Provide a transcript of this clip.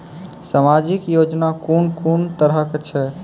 समाजिक योजना कून कून तरहक छै?